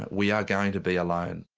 we are going to be alone.